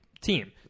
team